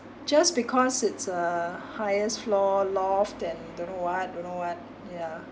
just because it's a highest floor loft and don't know what don't know what ya